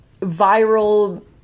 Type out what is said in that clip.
viral